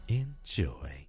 enjoy